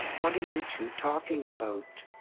what are you two talking about?